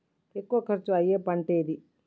ఎక్కువ ఖర్చు అయ్యే పంటేది?